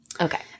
Okay